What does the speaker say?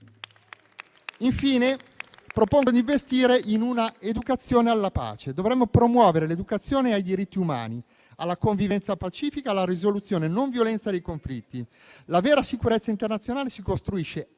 Infine, propongo di investire in una educazione alla pace. Dovremmo promuovere l'educazione ai diritti umani, alla convivenza pacifica e alla risoluzione non violenta dei conflitti. La vera sicurezza internazionale si costruisce anche e